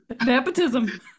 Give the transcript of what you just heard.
Nepotism